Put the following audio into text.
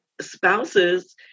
spouses